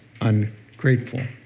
ungrateful